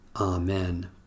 Amen